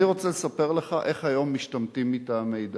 אני רוצה לספר לך איך היום משתמטים מטעמי דת,